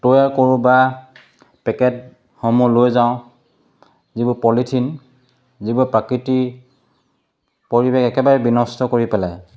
তৈয়াৰ কৰোঁ বা পেকেটসমূহ লৈ যাওঁ যিবোৰ পলিথিন যিবোৰ প্ৰাকৃতিৰ পৰিৱেশ একেবাৰে বিনষ্ট কৰি পেলাই